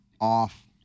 off